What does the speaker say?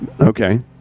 Okay